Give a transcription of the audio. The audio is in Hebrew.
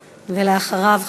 ואחריו,